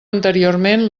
anteriorment